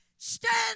Stand